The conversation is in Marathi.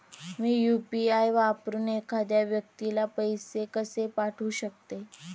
मी यु.पी.आय वापरून एखाद्या व्यक्तीला पैसे कसे पाठवू शकते?